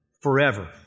forever